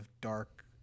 dark